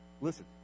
Listen